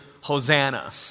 Hosanna